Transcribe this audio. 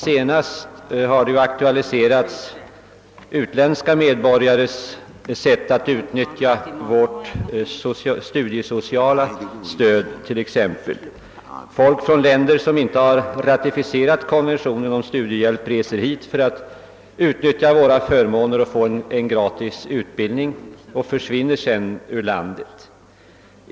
Senast har utländska medborgares sätt att utnyttja t.ex. vårt studiesociala stöd aktualiserats. Folk från länder som inte har ratificerat konventionen om studiehjälp reser hit för att utnyttja våra förmåner och få gratis utbildning och för :svinner sedan ur landet.